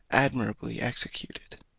admirably executed.